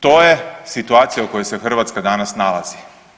To je situacija u kojoj se Hrvatska danas nalazi.